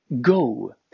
Go